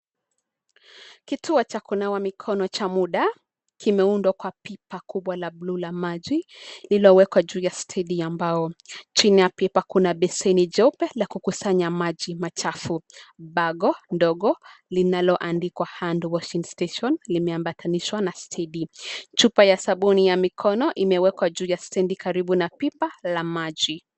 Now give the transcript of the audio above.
Kituo cha kunawa mikono cha muda, kimeundwa kwa pipa kubwa la bluu la maji, ilowekwa juu ya stedi ya mbao, chini ya pipa kuna beseni jeupe la kukusanya maji machafu, bago, ndogo, linaloandikwa hand washing station , limeambatanishwa na stedi, chupa ya sabuni ya mikono imewekwa juu ya stendi karibu na pipa, la maji.